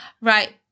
Right